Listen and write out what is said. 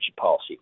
policy